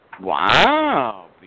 Wow